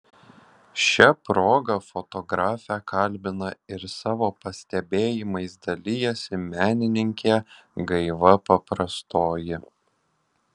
šia proga fotografę kalbina ir savo pastebėjimais dalijasi menininkė gaiva paprastoji